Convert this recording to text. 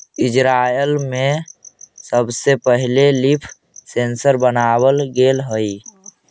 Israel में सबसे पहिले लीफ सेंसर बनाबल गेले हलई